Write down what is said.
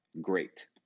great